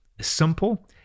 simple